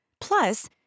Plus